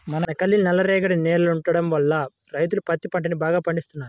మనకల్లి నల్లరేగడి నేలలుండటం వల్ల రైతులు పత్తి పంటని బాగా పండిత్తన్నారు